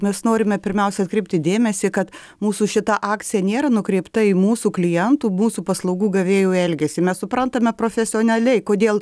mes norime pirmiausia atkreipti dėmesį kad mūsų šita akcija nėra nukreipta į mūsų klientų mūsų paslaugų gavėjų elgesį mes suprantame profesionaliai kodėl